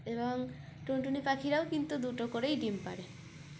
এবং টুনটুনি পাখিরাও কিন্তু দুটো করেই ডিম পারে